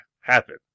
happen